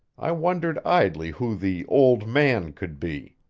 i wondered idly who the old man could be.